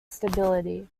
stability